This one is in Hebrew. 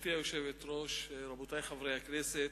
גברתי היושבת-ראש, רבותי חברי הכנסת,